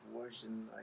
version